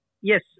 yes